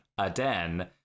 Aden